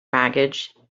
baggage